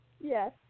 Yes